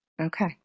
Okay